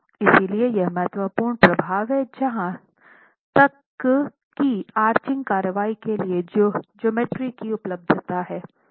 इसलिए यह महत्वपूर्ण प्रभाव है जहां तककि आर्चिंग कार्रवाई के लिए ज्योमेट्री की उपलब्धता है